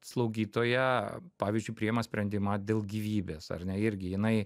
slaugytoja pavyzdžiui priima sprendimą dėl gyvybės ar ne irgi jinai